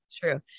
True